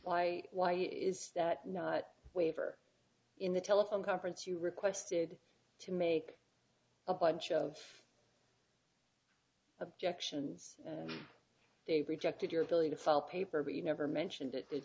why why is that not waiver in the telephone conference you requested to make a bunch of objections they rejected your ability to file paper but you never mentioned it did